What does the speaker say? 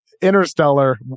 Interstellar